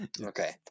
okay